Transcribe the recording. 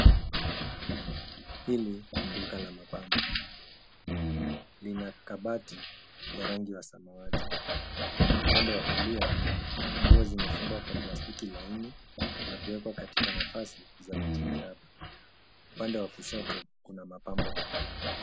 Hili ni duka la mapambo, lina kabati ya rangi wa samawati. Upande wa kulia, nguo zimefungwa kwa plastiki laini na kuwekwa katika nafasi za miche miraba. Upande wa kushoto, kuna mapambo mengine.